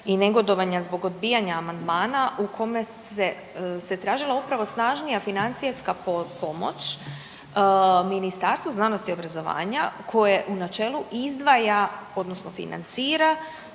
i negodovanja zbog odbijanja amandmana u kome se, se tražila upravo snažnija financijska pomoć Ministarstva znanosti i obrazovanja koje u načelu izdvaja odnosno financira